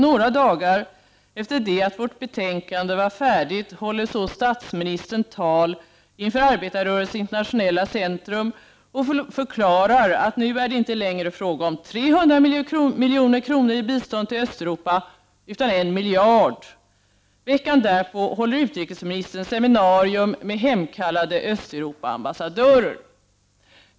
Några dagar efter det att vårt betänkande var färdigt håller så statsministern tal inför AIC och förklarar att nu är det inte längre fråga om 300 milj.kr. i bistånd till Östeuropa utan om 1 miljard. Veckan därpå håller utrikesministern seminarium med hemkallade Östeuropaambassadörer.